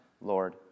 Lord